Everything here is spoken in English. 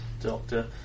doctor